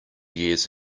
years